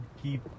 keep